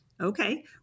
Okay